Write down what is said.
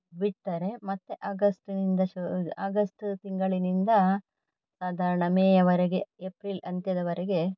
ಬಿಟ್ಟರೆ ಮತ್ತೆ ಆಗಸ್ಟಿನಿಂದ ಶು ಆಗಸ್ಟ್ ತಿಂಗಳಿನಿಂದ ಸಾಧಾರಣ ಮೇಯವರೆಗೆ ಏಪ್ರಿಲ್ ಅಂತ್ಯದವರೆಗೆ